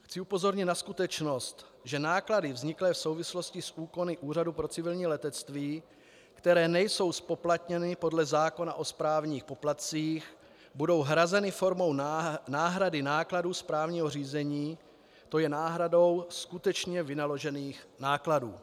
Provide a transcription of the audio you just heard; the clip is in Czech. Chci upozornit na skutečnost, že náklady vzniklé v souvislosti s úkony Úřadu pro civilní letectví, které nejsou zpoplatněny podle zákona o správních poplatcích, budou hrazeny formou náhrady nákladů správního řízení, to je náhradou skutečně vynaložených nákladů.